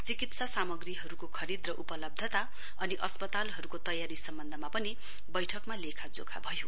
चिकित्सा सामग्रीहरू खरीद र उपलब्धता अनि अस्पतालहरूको तयारी सम्वन्धमा पनि बैठकमा विचार विमर्श भयो